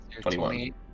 Twenty-one